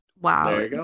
Wow